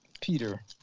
Peter